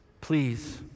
Please